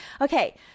Okay